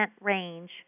range